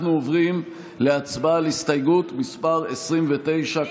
אנחנו עוברים להצבעה על הסתייגות מס' 29,